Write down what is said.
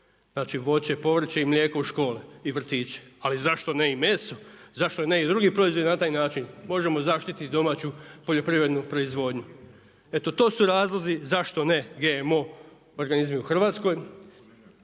Znači voće i povrće i mlijeko u škole i vrtiće. Ali zašto ne i meso, zašto ne i drugi proizvodi na taj način? Možemo zaštiti domaću poljoprivrednu porizvodnju. Eto to su razlozi zašto ne GMO u Hrvatskoj.